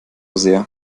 sehr